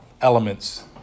elements